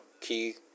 key